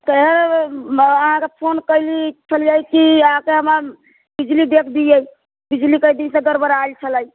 तऽ अहाँके फोन कैली छलियै की आके हमर बिजली देख दियै बिजली कए दिन सँ गड़बराएयल छलै